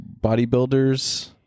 bodybuilders